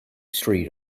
street